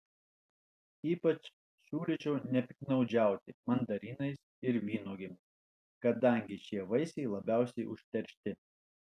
ypač siūlyčiau nepiktnaudžiauti mandarinais ir vynuogėmis kadangi šie vaisiai labiausiai užteršti